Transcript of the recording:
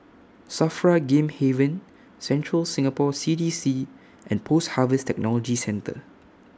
SAFRA Game Haven Central Singapore C D C and Post Harvest Technology Centre